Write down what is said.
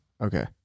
Okay